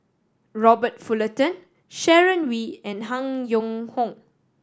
Robert Fullerton Sharon Wee and Han Yong Hong